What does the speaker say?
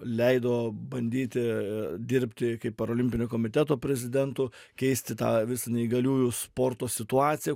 leido bandyti dirbti kaip parolimpinio komiteto prezidentu keisti tą visą neįgaliųjų sporto situaciją